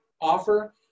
offer